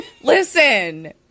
Listen